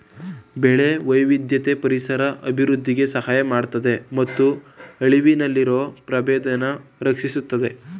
ಬೆಳೆ ವೈವಿಧ್ಯತೆ ಪರಿಸರ ಅಭಿವೃದ್ಧಿಗೆ ಸಹಾಯ ಮಾಡ್ತದೆ ಮತ್ತು ಅಳಿವಿನಲ್ಲಿರೊ ಪ್ರಭೇದನ ರಕ್ಷಿಸುತ್ತೆ